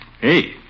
Hey